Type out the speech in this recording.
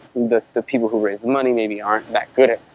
the the people who raise the money maybe aren't that good at